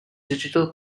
digital